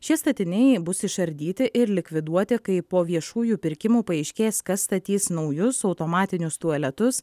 šie statiniai bus išardyti ir likviduoti kai po viešųjų pirkimų paaiškės kas statys naujus automatinius tualetus